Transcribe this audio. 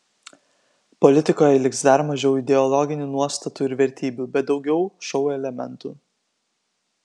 politikoje liks dar mažiau ideologinių nuostatų ir vertybių bet daugiau šou elementų